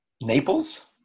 Naples